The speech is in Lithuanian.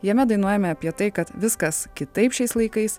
jame dainuojame apie tai kad viskas kitaip šiais laikais